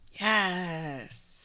Yes